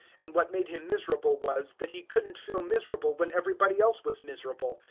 and what made him miserable was, that he couldn't feel miserable when everybody else was miserable.